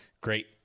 great